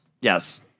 Yes